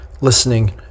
listening